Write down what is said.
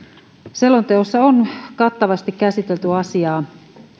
selonteossa on kattavasti käsitelty asiaa